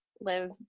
live